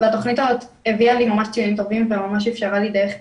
והיא הביאה לי ממש ציונים טובים וממש איפשרה לי דרך ללמוד,